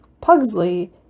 Pugsley